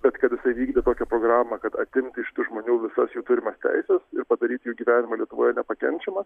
bet kad jisai vykdė tokią programą kad atimti iš tų žmonių visas jų turimas teises ir padaryti jų gyvenimą lietuvoje nepakenčiamą